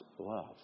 love